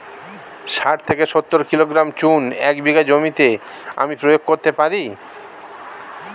শাঠ থেকে সত্তর কিলোগ্রাম চুন এক বিঘা জমিতে আমি প্রয়োগ করতে পারি?